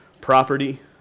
property